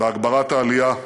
בהגברת העלייה,